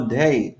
day